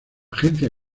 agencia